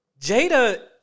Jada